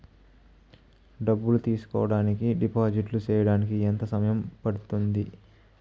డబ్బులు తీసుకోడానికి డిపాజిట్లు సేయడానికి ఎంత సమయం పడ్తుంది